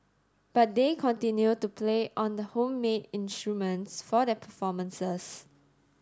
but they continue to play on the home made instruments for their performances